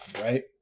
Right